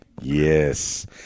Yes